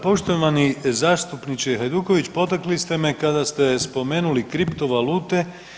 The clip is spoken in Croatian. Poštovani zastupniče Hajduković, potakli ste me kada ste spomenuli kripto valute.